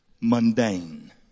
mundane